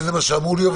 וזה מה שאמור להיות,